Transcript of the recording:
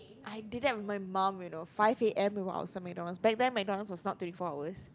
I did that with my mum you know five A_M we were outside Mac Donald's back then Mac Donald's was not twenty four hours